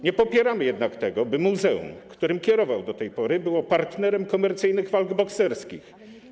Nie popieramy jednak tego, by muzeum, którym kierował do tej pory, było partnerem komercyjnych walk bokserskich.